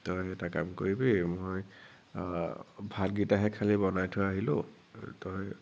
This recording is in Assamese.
তই এটা কাম কৰিবি মই ভাতকিটাহে খালী বনাই থৈ আহিলোঁ তই